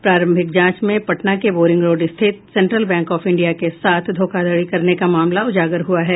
प्रारंभिक जांच में पटना के बोरिंग रोड स्थित सेंट्रल बैंक आफ इंडिया के साथ धोखाधड़ी करने का मामला उजागर हुआ है